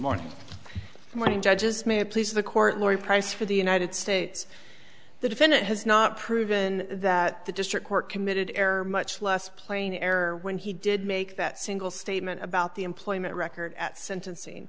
morning judges may it please the court lori price for the united states the defendant has not proven that the district court committed error much less playing error when he did make that single statement about the employment record at sentencing